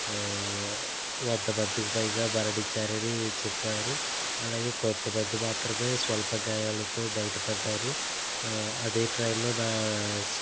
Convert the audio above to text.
వంద మందికి పైగా మరణించారని చెప్పారు అలాగే కొంత మంది మాత్రమే స్వల్ప గాయాలతో బయట పడ్డారు అదే ట్రైన్లో నా